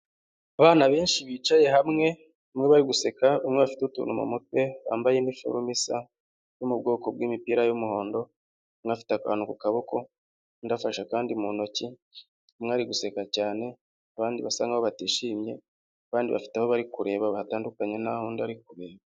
Abana benshi bicaye hamwe bamwe bari guseka umwe ufite utuntu mu mutwe wambaye iforome isa yo mu bwoko bw'imipira y'umuhondo, umwe afite akantu ku kuboko undi afashe kandi mu ntoki mwari guseka cyane abandi basa nkaho batishimye abandi bafite aho bari kureba batandukanye naho undu ari kureba.